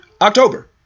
October